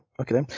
okay